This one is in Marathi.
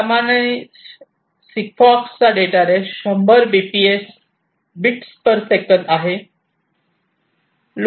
त्या मानाने Sigfox data rate 100 bps bit per second आहे